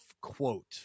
quote